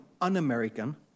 un-American